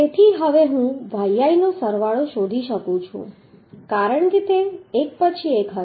તેથી હવે હું yi નો સરવાળો શોધી શકું છું કારણ કે તે એક પછી એક હશે